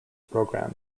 program